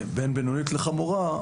בינונית לחמורה,